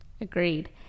Agreed